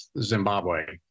Zimbabwe